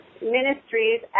Ministries